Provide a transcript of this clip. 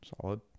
solid